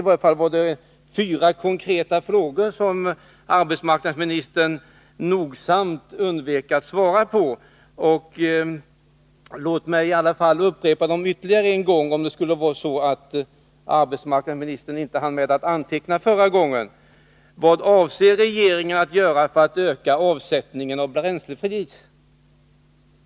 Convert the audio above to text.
I varje fall ställde jag fyra konkreta frågor, som arbetsmarknadsministern nogsamt undvek att svara på. Låt mig upprepa dem — arbetsmarknadsministern kanske inte hann med att anteckna förra gången. 2.